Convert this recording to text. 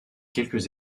quelques